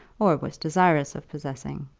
or was desirous of possessing.